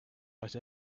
but